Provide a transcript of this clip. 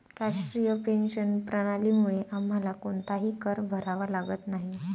राष्ट्रीय पेन्शन प्रणालीमुळे आम्हाला कोणताही कर भरावा लागत नाही